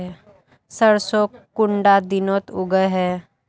सरसों कुंडा दिनोत उगैहे?